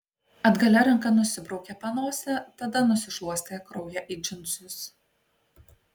atgalia ranka nusibraukė panosę tada nusišluostė kraują į džinsus